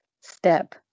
step